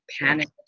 panic